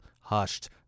hushed